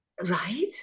right